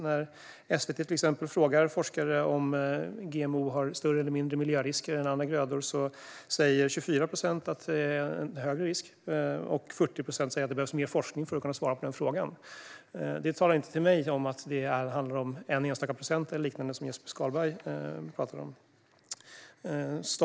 När SVT till exempel frågar forskare om GMO har större eller mindre miljörisker än andra grödor säger 24 procent att det är en större risk, och 40 procent säger att det behövs mer forskning för att kunna svara på den frågan. Det säger inte mig att det handlar om någon enstaka procent eller liknande, som Jesper Skalberg talade om.